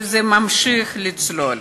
וזה ממשיך לצלול.